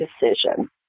decision